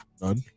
None